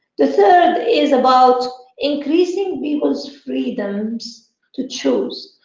the third is about increasing people's freedoms to choose.